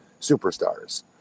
superstars